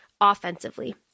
offensively